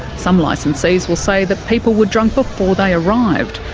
some licensees will say that people were drunk before they arrived,